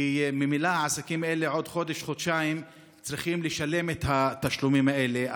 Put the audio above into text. כי ממילא העסקים האלה בעוד חודש-חודשיים צריכים לשלם את התשלומים האלה.